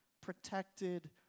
protected